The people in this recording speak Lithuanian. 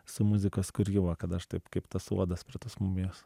su muzikos kūryba kad aš taip kaip tas uodas prie tos mumijos